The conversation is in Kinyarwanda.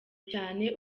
cyane